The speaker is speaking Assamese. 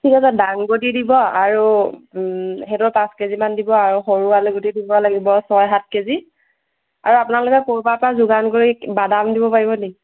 ঠিক আছে ডাংবদী দিব আৰু সেইটোৰ পাঁচ কেজিমান দিব আৰু সৰু আলু গুটিটো লাগিব ছয় সাত কেজি আৰু আপোনালোকে ক'ৰবাৰ পৰা যোগাৰ কৰি বাদাম দিব পাৰিব নেকি